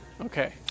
okay